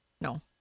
No